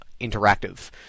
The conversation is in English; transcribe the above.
interactive